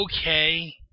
okay